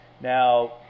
now